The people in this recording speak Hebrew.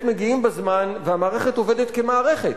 מגיעים בזמן והמערכת עובדת כמערכת.